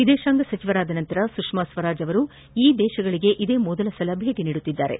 ವಿದೇಶಾಂಗ ಸಚಿವರಾದ ನಂತರ ಸುಷ್ಮಾ ಸ್ವರಾಜ್ ಅವರು ಈ ದೇಶಗಳಿಗೆ ಇದೇ ಮೊದಲ ಬಾರಿಗೆ ಭೇಟಿ ನೀಡುತ್ತಿದ್ದಾರೆ